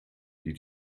die